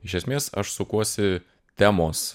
iš esmės aš sukuosi temos